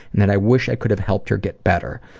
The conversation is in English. and that i wish i could have helped her get better.